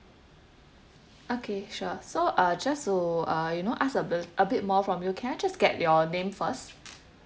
okay sure so uh just to uh you know ask a bit a bit more from you can I just get your name first